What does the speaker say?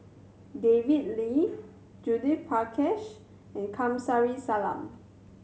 David Lee Judith Prakash and Kamsari Salam